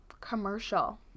commercial